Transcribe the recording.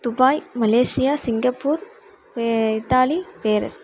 Dubai Malaysia Singapore Italy Paris